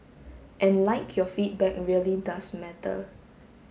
and like your feedback really does matter